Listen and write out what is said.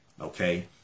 okay